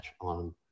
on